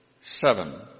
seven